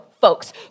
folks